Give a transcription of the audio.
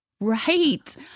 Right